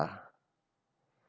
ah